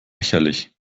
lächerlich